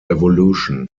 evolution